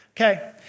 Okay